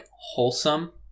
wholesome